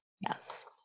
Yes